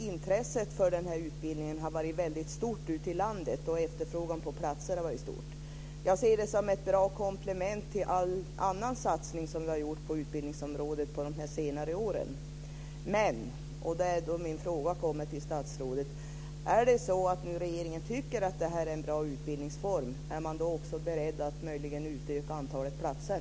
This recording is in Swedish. Intresset för den här utbildningen har varit stort ute i landet, och det har varit stor efterfrågan på platser. Jag ser den som ett bra komplement till alla de andra satsningar som har gjorts på utbildningsområdet på senare år. Min fråga till statsrådet är följande: Är regeringen, om den nu tycker att det här är en bra utbildningsform, möjligen också beredd att utöka antalet platser?